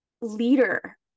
leader